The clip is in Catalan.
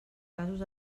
casos